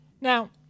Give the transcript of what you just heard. Now